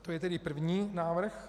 To je tedy první návrh.